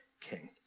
king